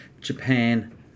Japan